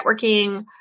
networking